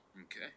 Okay